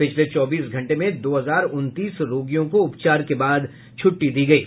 पिछले चौबीस घंटे में दो हजार उनतीस रोगियों को उपचार के बाद छूट्टी दी गयी